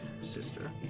sister